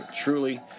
Truly